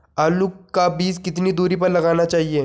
आलू का बीज कितनी दूरी पर लगाना चाहिए?